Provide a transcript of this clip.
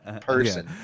person